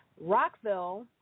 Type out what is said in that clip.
Rockville